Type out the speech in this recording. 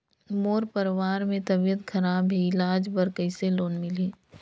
मोर परवार मे तबियत खराब हे इलाज बर कइसे लोन मिलही?